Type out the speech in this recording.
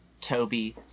Toby